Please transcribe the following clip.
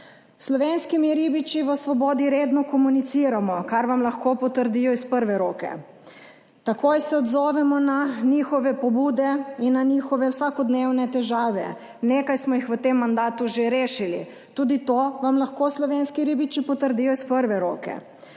slovenskimi ribiči v Svobodi redno komuniciramo, kar vam lahko potrdijo iz prve roke. Takoj se odzovemo na njihove pobude in na njihove vsakodnevne težave. Nekaj smo jih v tem mandatu že rešili. Tudi to vam lahko slovenski ribiči potrdijo iz prve roke.